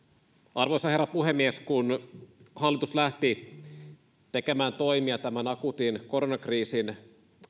arvoisa herra puhemies kun hallitus lähti tekemään toimia tämän akuutin koronakriisin